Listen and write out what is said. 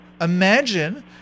imagine